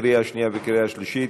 לקריאה שנייה וקריאה שלישית.